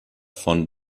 von